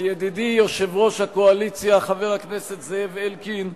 לידידי יושב-ראש הקואליציה, חבר הכנסת זאב אלקין,